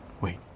Wait